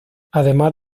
además